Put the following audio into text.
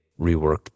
reworked